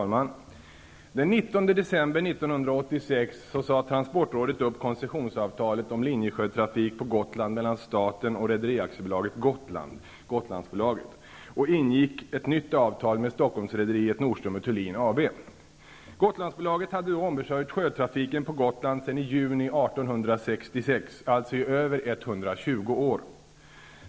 Fru talman! Den 19 december 1986 sade transportrådet upp koncessionsavtalet om linjesjötrafik på Gotland mellan staten och Rederi Thulin AB . Gotlandsbolaget hade då ombesörjt sjötrafiken på Gotland sedan i juni 1866, alltså i över 120 år.